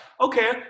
okay